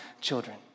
children